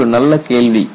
இது ஒரு நல்ல கேள்வி